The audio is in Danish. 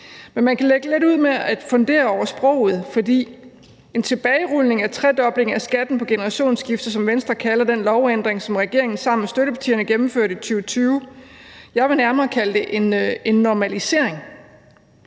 her. Man kan lægge lidt ud med at fundere over sproget, for en tilbagerulning af tredoblingen af skatten på generationsskifte, som Venstre kalder den lovændring, som regeringen sammen med støttepartierne gennemførte i 2020, vil jeg nærmere kalde for en normalisering.